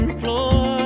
floor